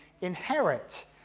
inherit